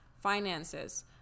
finances